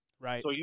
Right